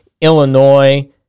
Illinois